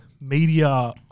media